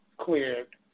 cleared